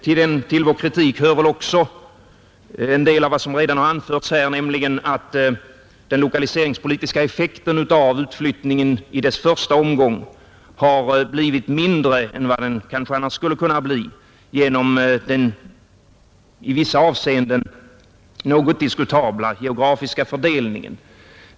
Till vår kritik hör väl också en del av vad som redan har anförts här, nämligen att den lokaliseringspolitiska effekten av utflyttningen i dess första omgång har blivit mindre än vad den annars skulle ha kunnat bli genom den i vissa avseenden något diskutabla geografiska fördelningen.